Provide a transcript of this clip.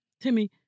Timmy